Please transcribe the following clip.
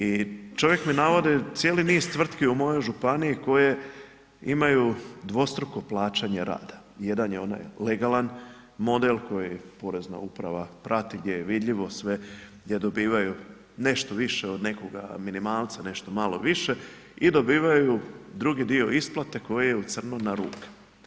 I čovjek mi navodi cijeli niz tvrtki u mojoj županiji koje imaju dvostruko plaćanje rada, jedan je onaj legalan model kojeg porezna uprava prati, gdje je vidljivo sve, gdje dobivaju nešto više od nekoga minimalca, nešto malo više, i dobivaju drugi dio isplate koji je u crnom na ruku.